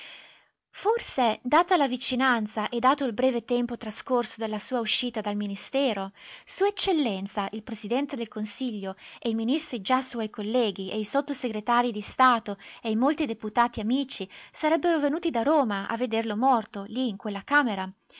forse data la vicinanza e dato il breve tempo trascorso dalla sua uscita dal ministero s e il presidente del consiglio e i ministri già suoi colleghi e i sotto-segretarii di stato e i molti deputati amici sarebbero venuti da roma a vederlo morto lì in quella camera